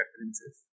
references